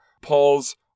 Paul's